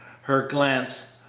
her glance,